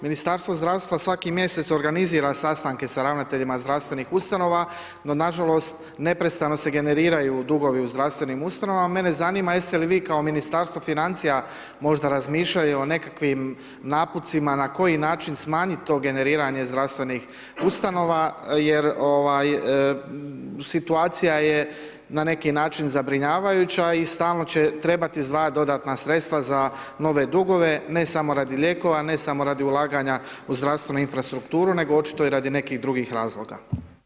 Ministarstvo zdravstva svaki mj. organizira sastanke sa ravnateljima zdravstvenim ustanova, no nažalost, neprestano se generiraju dugovi u zdravstvenim ustanovama, mene zanima, jeste li vi kao Ministarstvo financija, možda razmišljali o nekakvim napucima, na koji način smanjiti to generiranje zdravstvenih ustanova, jer situacija je na neki način zabrinjavajuća i stalno će trebati izdvajati dodatna sredstva za nove dugove, ne samo radi lijekova, ne samo radi ulaganja u zdravstvenu infrastrukturu, nego očito i radi nekih drugih razloga.